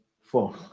Four